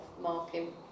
marking